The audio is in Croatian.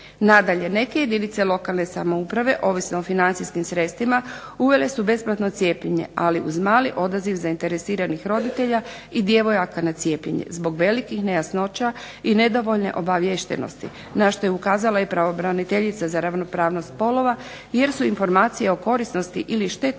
Nadalje, neke jedinice lokalne samouprave ovisno o financijskim sredstvima uvele su besplatno cijepljenje ali uz mali odaziv zainteresiranih roditelja i djevojaka na cijepljenje zbog velikih nejasnoća i nedovoljne obaviještenosti na što je ukazala i pravobraniteljica za ravnopravnost spolova jer su informacije o korisnosti ili štetnosti